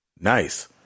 Nice